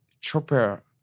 Chopper